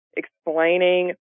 explaining